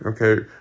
okay